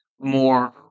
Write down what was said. more